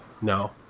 No